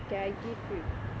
okay I give you